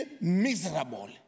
miserable